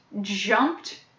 jumped